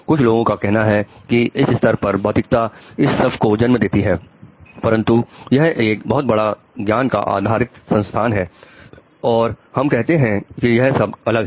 कुछ लोगों का कहना है कि इस स्तर पर भौतिकता इन सब को जन्म देती है परंतु यह एक बहुत बड़ा ज्ञान पर आधारित संस्थान है और हम कहते हैं कि यह सब अलग है